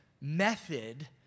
method